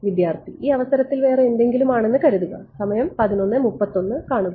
വിദ്യാർത്ഥി ഈ അവസരത്തിൽ വേറെ എന്തെങ്കിലും ആണെന്ന് കരുതുക സമയം 1131 കാണുക